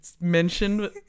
mentioned